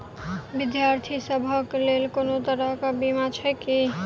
विद्यार्थी सभक लेल कोनो तरह कऽ बीमा छई की?